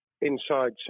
inside